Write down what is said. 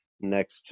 Next